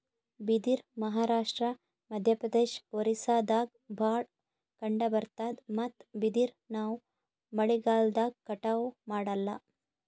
ಬಿದಿರ್ ಮಹಾರಾಷ್ಟ್ರ, ಮಧ್ಯಪ್ರದೇಶ್, ಒರಿಸ್ಸಾದಾಗ್ ಭಾಳ್ ಕಂಡಬರ್ತಾದ್ ಮತ್ತ್ ಬಿದಿರ್ ನಾವ್ ಮಳಿಗಾಲ್ದಾಗ್ ಕಟಾವು ಮಾಡಲ್ಲ